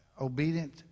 obedient